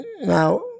Now